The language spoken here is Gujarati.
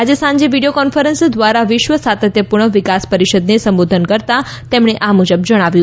આજે સાંજે વિડીયો કોન્ફરન્સ દ્વારા વિશ્વ સાતત્યપૂર્ણ વિકાસ પરિષદને સંબોધન કરતાં તેમણે આ મુજબ જણાવ્યું